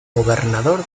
gobernador